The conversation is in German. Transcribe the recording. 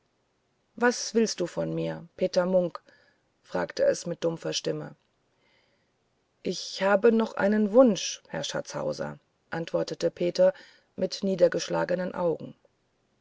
was willst du von mir peter munk fragte es mit dumpfer stimme ich hab noch einen wunsch herr schatzhauser antwortete peter mit niedergeschlagenen augen